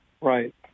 Right